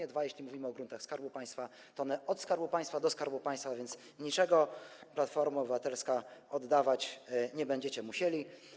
Po drugie, jeśli mówimy o gruntach Skarbu Państwa, to one przechodzą od Skarbu Państwa do Skarbu Państwa, a więc niczego, Platformo Obywatelska, oddawać nie będziecie musieli.